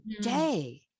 day